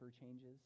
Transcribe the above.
changes